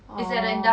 orh